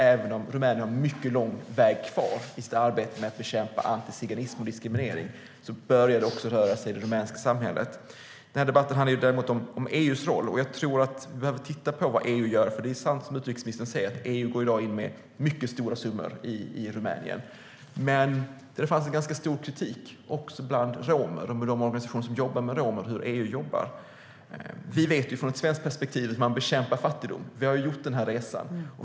Även om Rumänien har en mycket lång väg kvar i sitt arbete med att bekämpa antiziganism och diskriminering börjar det röra sig i det rumänska samhället. Den här debatten handlar däremot om EU:s roll. Jag tror att vi behöver titta på vad EU gör. Som utrikesministern säger går EU i dag in med mycket stora summor i Rumänien. Men det finns en ganska stor kritik från romer och de organisationer som jobbar med romer mot hur EU jobbar. Vi vet från ett svenskt perspektiv hur man bekämpar fattigdom - vi har gjort den resan.